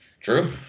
True